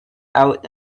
out